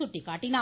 சுட்டிக்காட்டினார்